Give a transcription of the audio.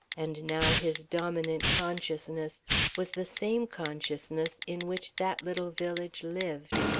and now his dominant consciousness was the same consciousness in which that little village lived.